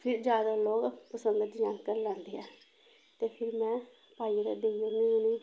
फिर ज्यादा लोक पसंद डजैन करी लैंदे ऐ ते फिर में पाइयै ते देई ओड़नी उ'नेंगी